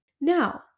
Now